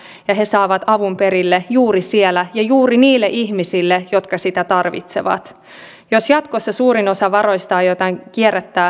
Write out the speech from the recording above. tämän raportin tietysti haluan sitten myös meidän hyvälle työ ja oikeusministeri lindströmille ja elinkeinoministeri rehnille aikanaan luovuttaa ja ehkä sieltä jonkinlaisia ajatuksia voi sitten jatkolle tulla